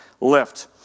lift